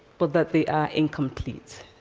but that they are incomplete.